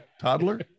toddler